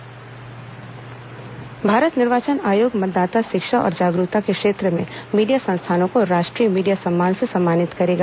राष्ट्रीय मीडिया सम्मान भारत निर्वाचन आयोग मतदाता शिक्षा और जागरूकता के क्षेत्र में मीडिया संस्थानों को राष्ट्रीय मीडिया सम्मान से सम्मानित करेगा